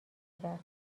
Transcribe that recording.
کرد